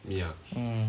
mm